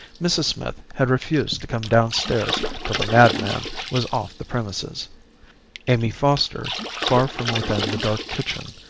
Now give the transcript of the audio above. mrs. smith had refused to come downstairs till the madman was off the premises amy foster, far from within the dark kitchen,